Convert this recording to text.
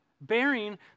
bearing